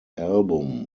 album